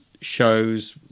shows